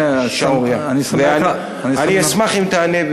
אני אשמח אם תענה,